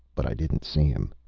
but i didn't see him.